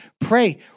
Pray